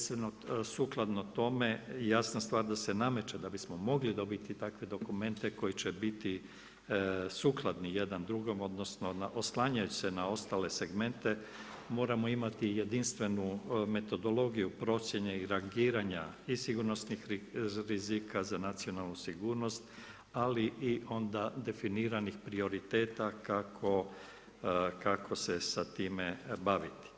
Sukladno tome jasna stvar da se nameće, da bismo mogli dobiti takve dokumente koji će biti sukladni jedan drugom, odnosno oslanjajući se na ostale segmente moramo imati jedinstvenu metodologiju procjene i rangiranja i sigurnosnih rizika za nacionalnu sigurnost ali i onda definiranih prioriteta kako se sa time baviti.